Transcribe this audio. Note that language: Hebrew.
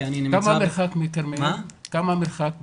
כמה המרחק מכרמיאל?